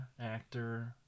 actor